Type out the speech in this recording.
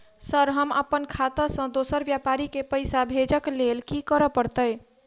Sir हम अप्पन खाता सऽ दोसर व्यापारी केँ पैसा भेजक लेल की करऽ पड़तै?